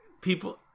people